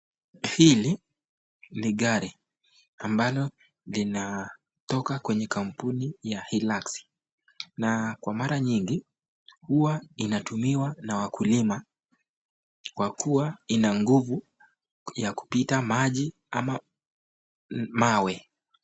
Hili ni gari ambalo linatoka kwenye kampuni ya Hilux , na kwa mara nyingi huwa linatumiwa na wakulima kwa kuwa lina nguvu ya kupita maji ama mawe.